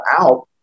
out